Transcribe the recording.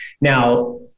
Now